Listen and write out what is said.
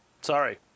Sorry